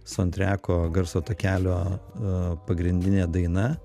saundtreko garso takelio pagrindinė daina